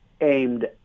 aimed